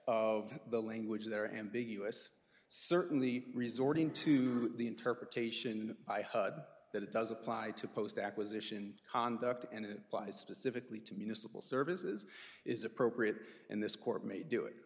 of the language there ambiguous certainly resorting to the interpretation that it does apply to post acquisition conduct and specifically to municipal services is appropriate in this court may do it